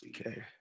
Okay